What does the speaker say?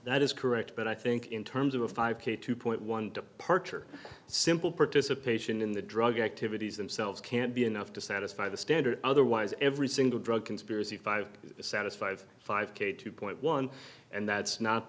that is correct but i think in terms of a five k two point one departure simple participation in the drug activities themselves can't be enough to satisfy the standard otherwise every single drug conspiracy five satisfied five k two point one and that's not